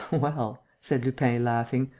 well, said lupin, laughing,